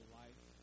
life